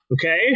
okay